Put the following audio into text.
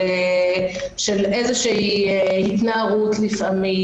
של איזו התנערות לפעמים,